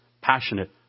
Passionate